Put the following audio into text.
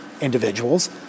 individuals